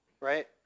Right